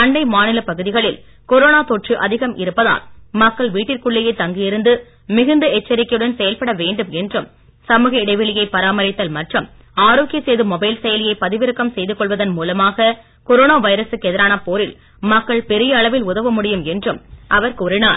அண்டை மாநில பகுதிகளில் கொரோனா தொற்று அதிகம் இருப்பதால் மக்கள் வீட்டிற்குள்ளேயே தங்கியிருந்து மிகுந்த எச்சரிக்கையுடன் செயல்பட வேண்டும் என்றும் சமூக இடைவெளியைப் பராமரிப்பத்தல் மற்றும் ஆரோக்யசேது மொபைல் செயலியை பதிவிறக்கம் செய்துகொள்வதன் மூலமாக கொரோனா வைரசுக்கு எதிரான போரில் மக்கள் பெரிய அளவில் உதவ முடியும் என்றும் அவர் கூறினார்